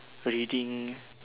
reading